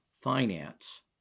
finance